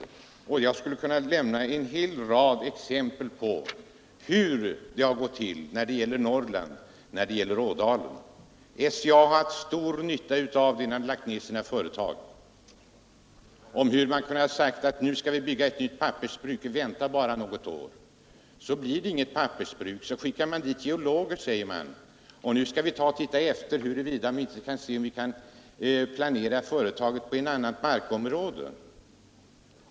Jag skulle kunna lämna en hel rad exempel på hur det har gått till i Norrland, t.ex. i Ådalen. SCA har haft stor nytta av optimismen när man har lagt ned sina företag. Man har sagt: Nu skall vi bygga ett nytt pappersbruk, vi väntar bara något år. Så blir det inte pappersbruk. Nu skickar vi dit geologer, säger man, nu skall vi titta efter huruvida vi inte kan planera fabriken på ett annat markområde.